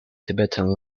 tibetan